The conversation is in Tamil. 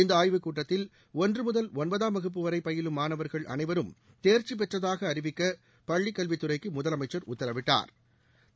இந்த ஆய்வுக் கூட்டத்தில் ஒன்று முதல் ஒன்பதாம் வகுப்பு வரை பயிலும் மாணவர்கள் அனைவரும் தேர்ச்சி பெற்றதாக அறிவிக்க பள்ளிக் கல்வித்துறைக்கு முதலமைச்சா் உத்தரவிட்டாா்